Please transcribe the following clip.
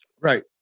Right